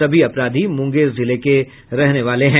सभी अपराधी मुंगेर जिले के रहने वाले हैं